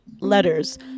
letters